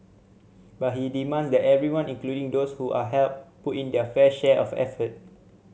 but he demands that everyone including those who are helped put in their fair share of effort